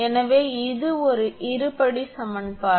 எனவே இது ஒரு இருபடி சமன்பாடு